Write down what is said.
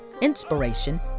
inspiration